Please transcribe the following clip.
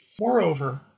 Moreover